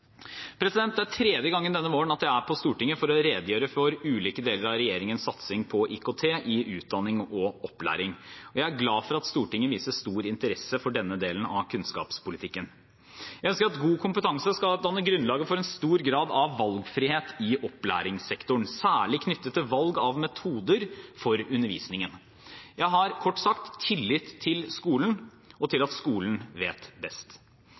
Det er tredje gangen denne våren at jeg er på Stortinget for å redegjøre for ulike deler av regjeringens satsing på IKT i utdanning og opplæring. Jeg er glad for at Stortinget viser stor interesse for denne delen av kunnskapspolitikken. Jeg ønsker at god kompetanse skal danne grunnlaget for en stor grad av valgfrihet i opplæringssektoren, særlig knyttet til valg av metoder for undervisningen. Jeg har kort sagt tillit til skolen og til at skolen vet best.